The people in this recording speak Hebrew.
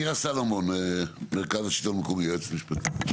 מירה סלומון, מרכז השלטון המקומי, יועצת משפטית.